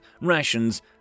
rations